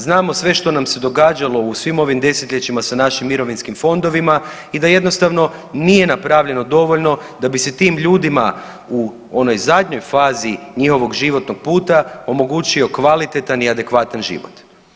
Znamo sve što nam se događalo u svim ovim desetljećima sa našim mirovinskim fondovima i da jednostavno nije napravljeno dovoljno da bi se tim ljudima u onoj zadnjoj fazi njihovog životnog puta omogućio kvalitetan i adekvatan život.